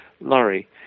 Laurie